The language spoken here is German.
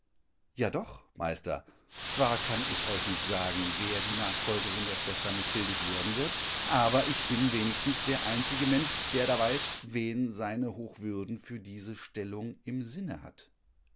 ja doch meister zwar kann ich euch nicht sagen wer die nachfolgerin der schwester mechtildis werden wird aber ich bin wenigstens der einzige mensch der da weiß wen seine hochwürden für diese stellung im sinne hat